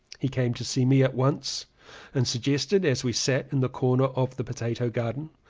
he came to see me at once and suggested as we sat in the corner of the potato garden,